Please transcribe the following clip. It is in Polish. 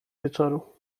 wieczoru